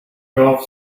golf